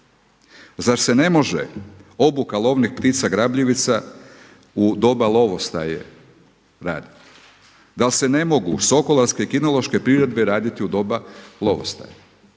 Zar se ne može obuka lovnih ptica grabljivica u doba lovostaje raditi? Da li se ne mogu sokolarske i kinološke priredbe raditi u doba lovostaja